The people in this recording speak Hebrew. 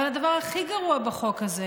אבל הדבר הכי גרוע בחוק הזה